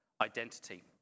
identity